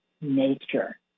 nature